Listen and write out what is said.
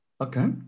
Okay